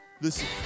Listen